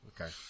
Okay